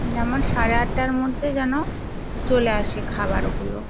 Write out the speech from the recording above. যেমন সাড়ে আটটার মধ্যে যেন চলে আসে খাবার ওগুলো